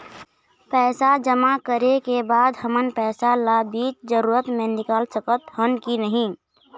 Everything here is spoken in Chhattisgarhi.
पैसा जमा करे के बाद हमन पैसा ला बीच जरूरत मे निकाल सकत हन की नहीं?